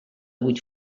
vuit